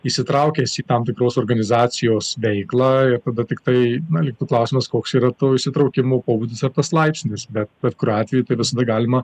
įsitraukęs į tam tikros organizacijos veiklą ir tada tiktai na liktų klausimas koks yra to įsitraukimo pobūdis ar tas laipsnis bet bet kuriuo atveju visada galima